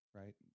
right